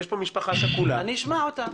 יש פה משפחה שכולה --- אני אשמע אותם.